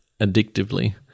Addictively